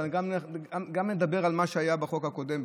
אבל אם נדבר על מה שהיה בחוק הקודם,